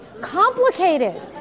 complicated